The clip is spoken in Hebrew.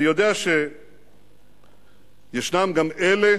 אני יודע שישנם גם אלה